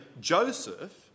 Joseph